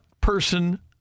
person